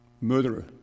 Murderer